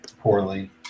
poorly